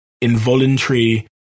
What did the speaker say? involuntary